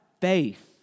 Faith